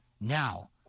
Now